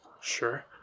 Sure